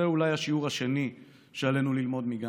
זה אולי השיעור השני שעלינו ללמוד מגנדי,